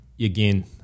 again